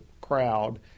crowd